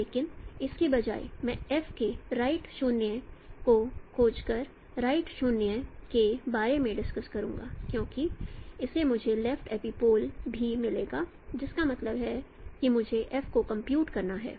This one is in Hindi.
लेकिन इसके बजाय मैं F के राइट शून्य को खोजकर राइट शून्य के बारे में डिस्कस करूंगा क्योंकि इससे मुझे लेफ्ट एपिपोल भी मिलेगा जिसका मतलब है कि मुझे F को कंप्यूट करना है